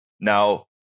now